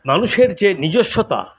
মানুষের যে নিজস্বতা